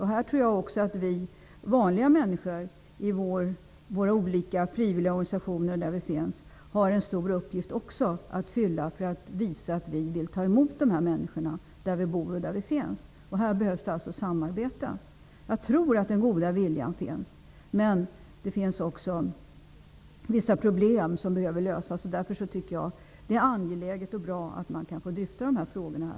Jag tror också att vi vanliga människor i olika frivilligorganisationer har en stor uppgift att fylla för att visa att vi vill ta emot de här människorna där vi bor och där vi finns. Här behövs det alltså samarbete. Jag tror att den goda viljan finns. Men vissa problem behöver också lösas, och därför är det angeläget och bra att vi kan dryfta dessa frågor här.